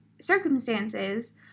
circumstances